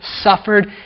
suffered